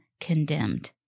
condemned